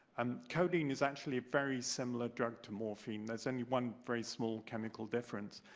um codeine is actually a very similar drug to morphine, there is only one very small chemical difference.